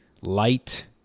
light